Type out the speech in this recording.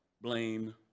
blame